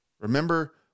Remember